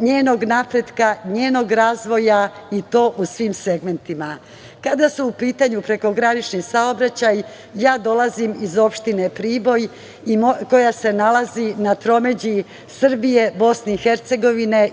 njenog napretka, razvoja i to u svim segmentima. Kada je u pitanju prekogranični saobraćaj, ja dolazim iz opštine Priboj, i koja se nalazi na tromeđi Srbije, BiH,